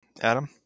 Adam